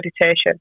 meditation